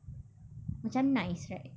macam nice right